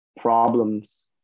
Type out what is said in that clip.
problems